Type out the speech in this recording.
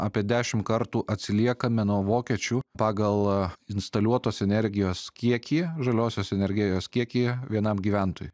apie dešim kartų atsiliekame nuo vokiečių pagal instaliuotos energijos kiekį žaliosios energėjos kiekį vienam gyventojui